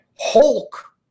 Hulk